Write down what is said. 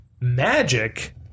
Magic